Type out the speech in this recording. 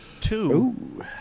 Two